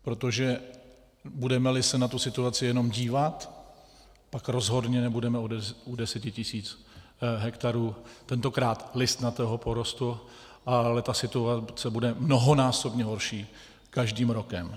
Protože budemeli se na tu situaci jenom dívat, pak rozhodně nebudeme u 10 tisíc hektarů tentokrát listnatého porostu, ale ta situace bude mnohonásobně horší každým rokem.